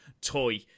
toy